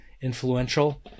influential